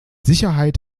sicherheit